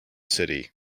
city